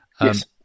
Yes